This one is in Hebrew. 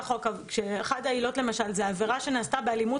כאשר אחת העילות היא עבירה שנעשתה באלימות